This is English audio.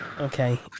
okay